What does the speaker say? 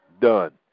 done